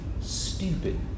stupid